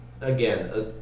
again